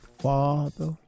father